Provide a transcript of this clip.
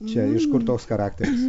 čia iš kur toks charakteris